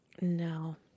No